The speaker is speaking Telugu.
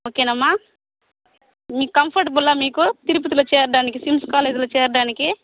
ఓకేనమ్మా మీకు కంఫర్టబులా మీకు తిరుపతిలో చేరడానికి స్విమ్స్ కాలేజీలో చేరడానికి